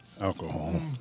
alcohol